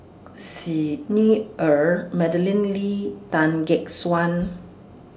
Xi Ni Er Madeleine Lee Tan Gek Suan